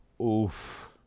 oof